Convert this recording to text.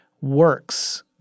works